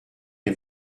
les